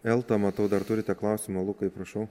elta matau dar turite klausimų lukai prašau